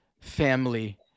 family